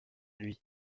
lui